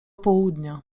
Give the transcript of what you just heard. południa